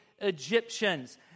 Egyptians